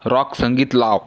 rock संगीत लाव